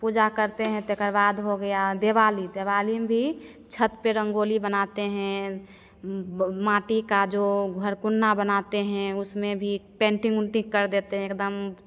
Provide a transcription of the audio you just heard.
पूजा करते हैं तेकर बाद हो गया दिवाली दिवाली में भी छत पर रंगोली बनाते हैं माटी का जो घरकुंडा बनाते हैं उसमें भी पेंटिंग उंटिंग कर देते हैं एकदम